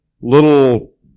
little